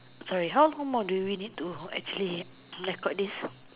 sorry how long more do we need to actually record this